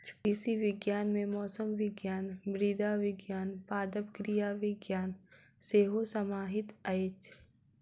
कृषि विज्ञान मे मौसम विज्ञान, मृदा विज्ञान, पादप क्रिया विज्ञान सेहो समाहित अछि